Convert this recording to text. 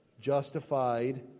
Justified